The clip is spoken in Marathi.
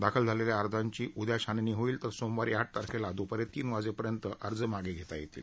दाखल झालेल्या अर्जांची उद्या छाननी होईल तर सोमवारी आठ तारखेला दुपारी तीन वाजेपर्यंत अर्ज मागे घेता येणार आहेत